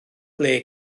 ble